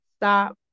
Stop